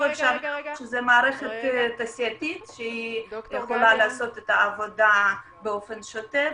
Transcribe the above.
זו מערכת תעשייתית שיכולה לעשות את העבודה באופן שוטף,